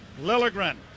Lilligren